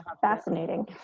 fascinating